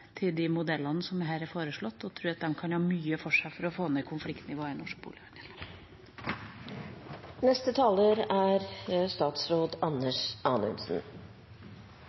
de modellene som det her er foreslått, og vi tror at de kan ha mye for seg for å få ned konfliktnivået i norsk